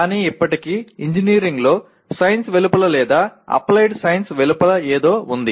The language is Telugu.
కానీ ఇప్పటికీ ఇంజనీరింగ్లో సైన్స్ వెలుపల లేదా అప్లైడ్ సైన్స్ వెలుపల ఏదో ఉంది